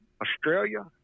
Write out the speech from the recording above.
Australia